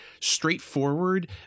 straightforward